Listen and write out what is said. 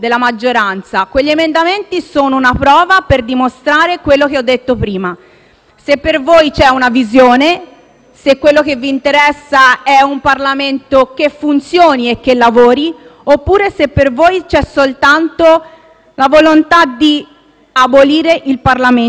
se per voi c'è una visione, se quello che vi interessa è un Parlamento che funzioni e che lavori; oppure se per voi c'è soltanto la volontà di abolire il Parlamento, così come lo abbiamo conosciuto fino ad oggi (e spero conosceremo ancora).